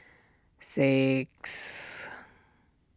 six